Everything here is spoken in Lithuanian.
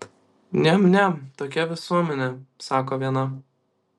niam niam tokia visuomenė sako viena